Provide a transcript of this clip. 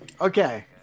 okay